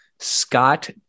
Scott